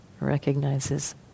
Recognizes